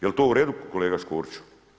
Jel to uredu kolega Škoriću?